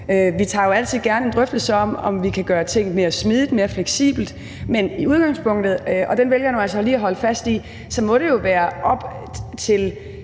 vi tager jo altid gerne en drøftelse af, om vi kan gøre ting mere smidige, mere fleksible. Men i udgangspunktet, og det vælger jeg nu altså lige at holde fast i, må det jo være hos